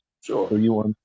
Sure